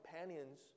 companions